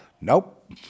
Nope